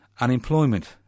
unemployment